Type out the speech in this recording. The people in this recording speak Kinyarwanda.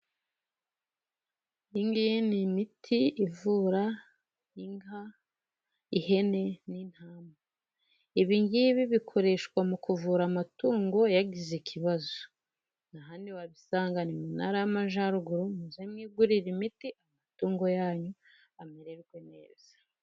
Iyingiyi ni imiti ivura inka, ihene n'intama. Ibingibi bikoreshwa mu kuvura amatungo yagize ikibazo. Ahandi wabisanga ni mu ntara y'Amajyaruguru, ni muze mwigurire imiti, amatungo yanyu amererwe neza.